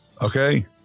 Okay